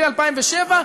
קרי 2007,